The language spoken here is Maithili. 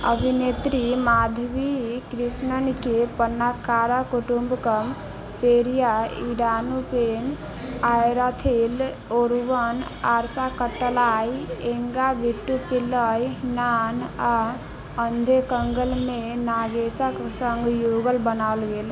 अभिनेत्री माधवी कृष्णनके पन्नाकारा कुटूम्बकम पेरिया इडाथू पेन आयराथिल ओरूवन आरसा कट्टालाई एंगा वीट्टू पिल्लई नान आ अधे कंगल मे नागेशक सङ्ग युगल बनाओल गेल